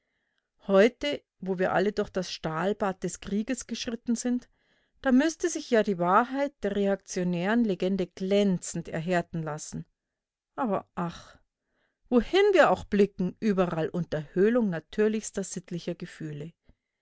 heute wo wir alle durch das stahlbad des krieges geschritten sind da müßte sich ja die wahrheit der reaktionären legende glänzend erhärten lassen aber ach wohin wir auch blicken überall unterhöhlung natürlichster sittlicher gefühle